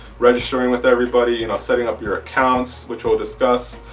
registering with everybody you know setting up your accounts which we'll discuss.